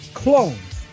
clones